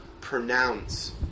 pronounce